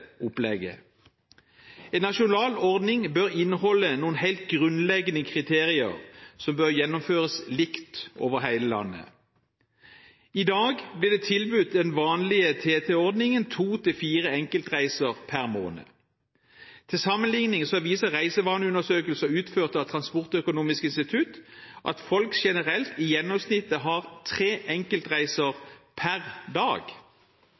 opplegget. En nasjonal ordning bør inneholde noen helt grunnleggende kriterier som bør gjennomføres likt over hele landet: I dag blir det tilbudt gjennom den vanlige TT-ordningen to–fire enkeltreiser per måned. Til sammenlikning viser reisevaneundersøkelser utført av Transportøkonomisk institutt at folk generelt i gjennomsnitt har tre enkeltreiser per dag.